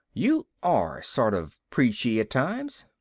you are sort of preachy at times.